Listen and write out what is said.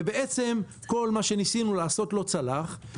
ובעצם כל מה שניסינו לעשות לא צלח.